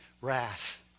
wrath